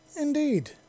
Indeed